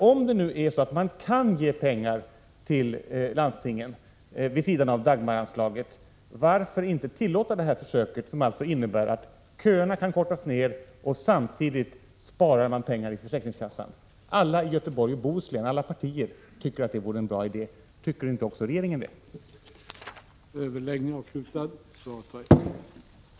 Om det nu är så att man kan ge pengar till landstingen vid sidan av Dagmaranslaget, skulle jag vilja fråga varför man inte kan tillåta det här försöket, som alltså skulle innebära att köerna kunde minskas samtidigt som det sparas pengar i försäkringskassan. Alla partier i Göteborgs och Bohus län tycker att det här är en bra idé. Tycker inte regeringen det också?